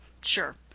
sure